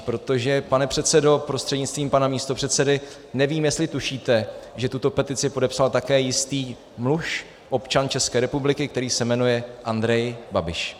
Protože pane předsedo prostřednictvím pana místopředsedy, nevím, jestli tušíte, že tuto petici podepsal také jistý muž, občan České republiky, který se jmenuje Andrej Babiš.